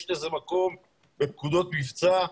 יש לזה מקום בפקודות מבצע,